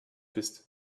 bist